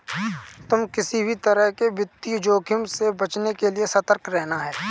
तुम किसी भी तरह के वित्तीय जोखिम से बचने के लिए सतर्क रहना